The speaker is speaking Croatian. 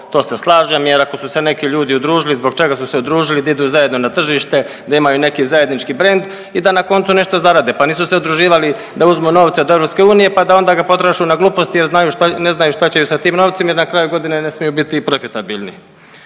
to se slažem jer ako su se neki ljudi udružili, zbog čega su se udružili, da idu zajedno na tržište, da imaju neki zajednički brend i da na koncu, nešto zarade, pa nisu se udruživali da uzmu novce od EU pa da onda ga potroše na gluposti jer ne znaju šta će sa tim novcima i na kraju godine ne smiju biti profitabilni.